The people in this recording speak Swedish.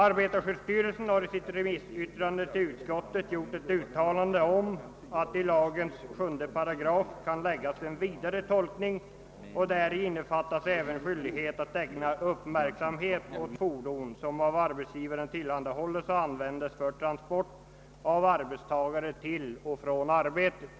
Arbetarskyddsstyrelsen har i sitt remissyttrande till utskottet gjort ett uttalande om att 7 § arbetarskyddslagen kan ges en vidare tolkning, så att däri innefattas även skyldighet att ägna uppmärksamhet åt fordon, som av arbetsgivaren tillhandahålles och användes för transport av arbetstagare till och från arbetsplats.